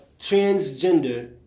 transgender